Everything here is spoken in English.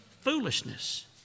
foolishness